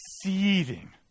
seething